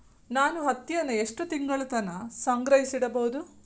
ನಾನು ಹತ್ತಿಯನ್ನ ಎಷ್ಟು ತಿಂಗಳತನ ಸಂಗ್ರಹಿಸಿಡಬಹುದು?